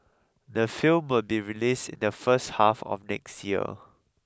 the film will be released in the first half of next year